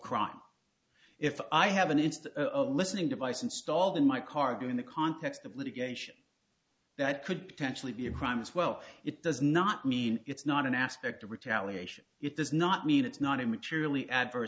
crime if i have an interest a listening device installed in my car in the context of litigation that could potentially be a crime as well it does not mean it's not an aspect of retaliation it does not mean it's not a materially adverse